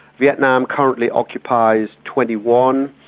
vietnam currently occupies twenty one,